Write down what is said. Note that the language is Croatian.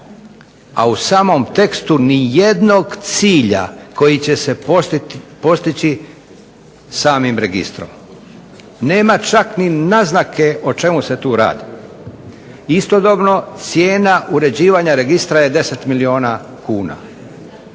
a u samom tekstu ni jednog cilja koji će se postići samim registrom. Nema čak ni naznake o čemu se tu radi. Istodobno cijena uređivanja registra je 10 milijuna kuna.